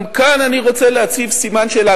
גם כאן אני רוצה להציב סימן שאלה.